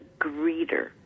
greeter